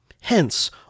hence